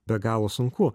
be galo sunku